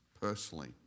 personally